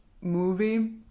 movie